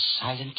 silent